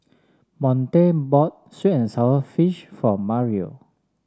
Monte bought sweet and sour fish for Mario